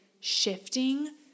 Shifting